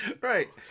Right